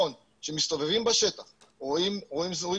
כשמסתובבים בשטח רואים סמים,